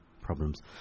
problems